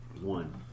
one